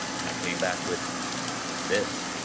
and i came back with this,